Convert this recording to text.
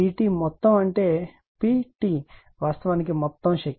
PT మొత్తం అంటే PT వాస్తవానికి మొత్తం శక్తి